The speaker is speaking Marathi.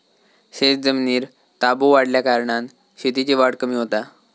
शेतजमिनीर ताबो वाढल्याकारणान शेतीची वाढ कमी होता